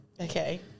Okay